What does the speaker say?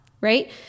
Right